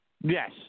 Yes